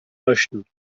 möchten